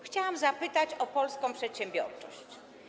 Chciałam zapytać o polską przedsiębiorczość.